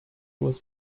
was